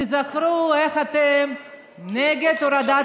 תיזכרו איך אתם הייתם נגד הורדת